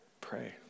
pray